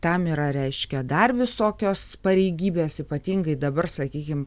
tam yra reiškia dar visokios pareigybės ypatingai dabar sakykim